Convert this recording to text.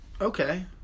okay